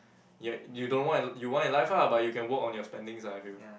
ya you don't want you want in life ah but you can work on your spendings ah I feel